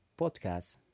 podcast